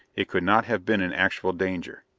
it could not have been in actual danger.